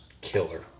killer